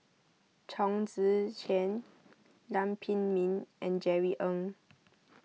Chong Tze Chien Lam Pin Min and Jerry Ng